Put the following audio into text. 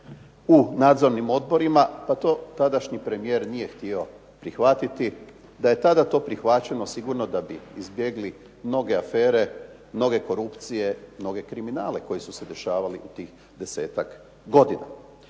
u nadzornim odborima, pa to tadašnji premijer nije htio prihvatiti. Da je tada to prihvaćeno sigurno da bi izbjegli mnoge afere, mnoge korupcije, mnoge kriminale koji su se dešavali u tih 10-ak godina.